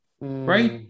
Right